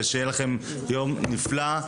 ושיהיה לכם יום נפלא,